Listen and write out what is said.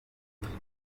mideli